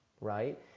right